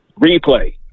replay